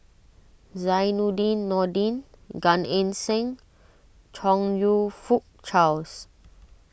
Zainudin Nordin Gan Eng Seng and Chong You Fook Charles